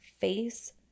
face